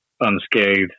unscathed